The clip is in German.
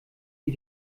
die